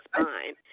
spine